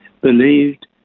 believed